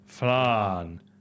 Flan